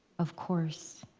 of course.